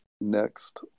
next